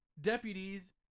deputies